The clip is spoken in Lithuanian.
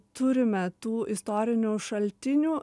turime tų istorinių šaltinių